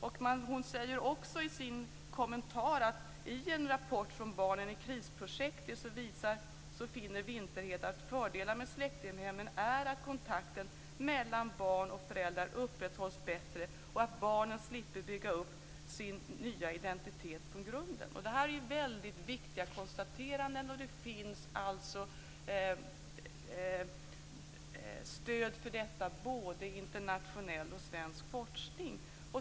Vinterhed finner i en rapport från Barnen i krisprojektet att fördelar med släktinghemmen är att kontakten mellan barn och föräldrar upprätthålls bättre. Barnen slipper bygga upp en ny identitet från grunden. Detta är viktiga konstateranden, och det finns stöd för detta i både internationell och svensk forskning.